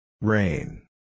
Rain